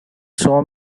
saw